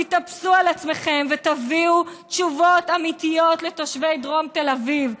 תתאפסו על עצמכם ותביאו תשובות אמיתיות לתושבי דרום תל אביב.